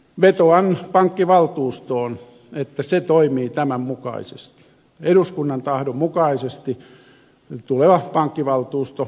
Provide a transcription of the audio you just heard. vetoan pankkivaltuustoon että se toimii tämän mukaisesti eduskunnan tahdon mukaisesti tuleva pankkivaltuusto lähinnä